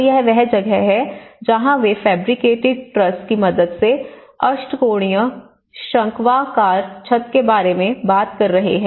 तो यह वह जगह है जहां वे फैब्रिकेटेड ट्रस की मदद से अष्टकोणीय शंक्वाकार छत के बारे में बात कर रहे हैं